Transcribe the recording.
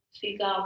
figure